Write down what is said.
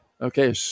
Okay